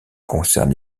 concerne